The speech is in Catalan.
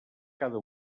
cada